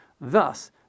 Thus